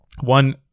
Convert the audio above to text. One